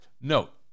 Note